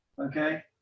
okay